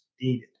needed